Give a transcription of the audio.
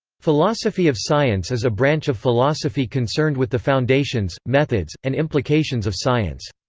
philosophy of science is a branch of philosophy concerned with the foundations, methods, and implications of science.